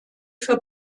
für